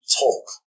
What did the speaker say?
talk